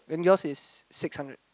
then yours is six hundred